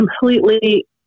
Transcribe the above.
completely